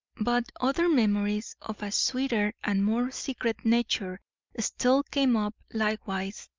but other memories of a sweeter and more secret nature still came up likewise,